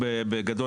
בגדול,